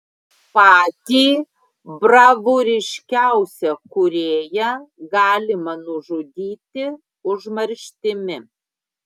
patį bravūriškiausią kūrėją galima nužudyti užmarštimi